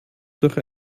durch